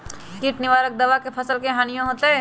किट निवारक दावा से फसल के हानियों होतै?